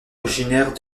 originaire